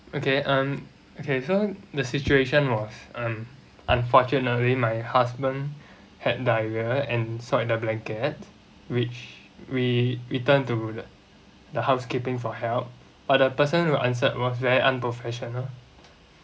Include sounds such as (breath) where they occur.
okay um okay so the situation was um unfortunately my husband (breath) had diarrhea and soiled the blanket which we we turned to the the housekeeping for help but the person who answered was very unprofessional